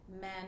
men